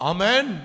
Amen